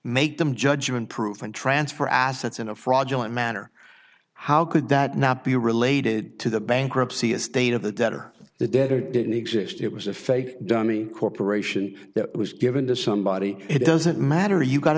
make them judgment proof and transfer assets in a fraudulent manner how could that not be related to the bankruptcy estate of the debtor the debtor didn't exist it was a fake dummy corporation that was given to somebody it doesn't